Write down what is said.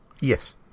Yes